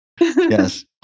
Yes